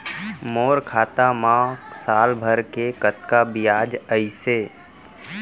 मोर खाता मा साल भर के कतका बियाज अइसे?